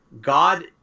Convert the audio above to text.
God